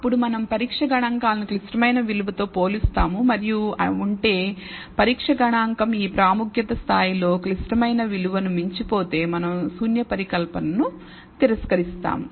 అప్పుడు మనం పరీక్ష గణాంకాలను క్లిష్టమైన విలువతో పోలుస్తాము మరియు ఉంటే పరీక్ష గణాంకం ఈ ప్రాముఖ్యత స్థాయిలో క్లిష్టమైన విలువను మించిపోతే మనం శూన్య పరికల్పనను తిరస్కరిస్తాము